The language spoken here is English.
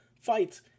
fights